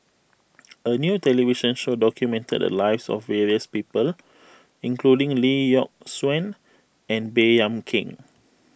a new television show documented the lives of various people including Lee Yock Suan and Baey Yam Keng